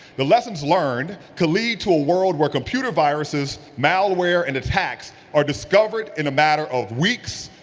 the lessons learned could lead to a world where computer viruses, malware and attacks are discovered in a matter of weeks,